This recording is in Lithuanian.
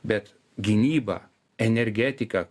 bet gynyba energetika